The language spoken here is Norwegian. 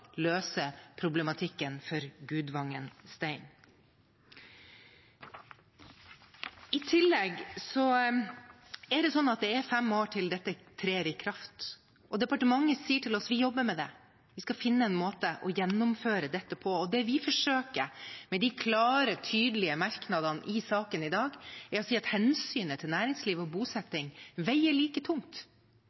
løse problematikken for Gudvangen Stein. I tillegg er det fem år til nullutslippskravet trer i kraft. Departementet sier til oss at de jobber med det, og at de skal finne en måte å gjennomføre det på. Det vi forsøker, med de klare, tydelige merknadene i saken i dag, er å si at hensynet til næringsliv og bosetting veier like tungt.